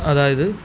അതായത്